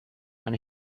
and